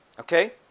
Okay